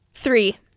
three